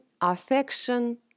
affection